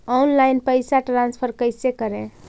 Online पैसा transfer कैसे करे?